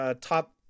top